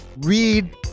Read